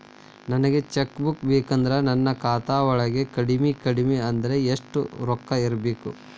ನನಗ cheque book ಬೇಕಂದ್ರ ನನ್ನ ಖಾತಾ ವಳಗ ಕಡಮಿ ಕಡಮಿ ಅಂದ್ರ ಯೆಷ್ಟ್ ರೊಕ್ಕ ಇರ್ಬೆಕು?